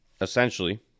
Essentially